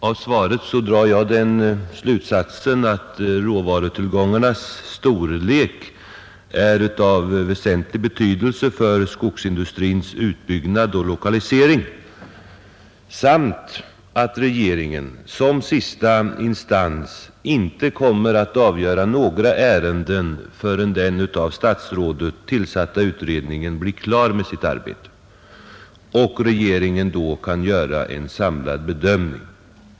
Av svaret drar jag den slutsatsen att råvarutillgångarnas storlek är av väsentlig betydelse för skogsindustrins utbyggnad och lokalisering samt att regeringen som sista instans inte kommer att avgöra några ärenden förrän den av statsrådet tillsatta utredningen blir klar med sitt arbete och regeringen kan göra en samlad bedömning.